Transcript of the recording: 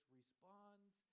responds